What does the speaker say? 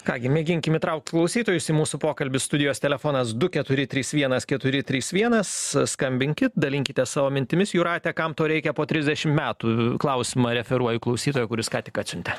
ką gi mėginkim įtraukt klausytojus į mūsų pokalbį studijos telefonas du keturi trys vienas keturi trys vienas skambinkit dalinkitės savo mintimis jūrate kam to reikia po trisdešim metų klausimą referuoju klausytojo kuris ką tik atsiuntė